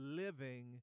living